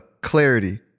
clarity